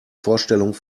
vorstellung